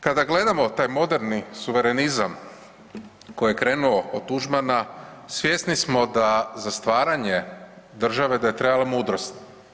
Kada gledamo taj moderni suverenizam koji je krenuo od Tuđmana, svjesni smo da za stvaranje države, da je trebala mudrost.